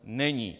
Není.